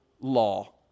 law